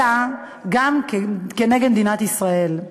אלא גם כנגד מדינת ישראל.